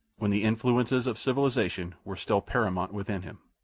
when the influences of civilization were still paramount within him.